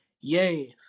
yes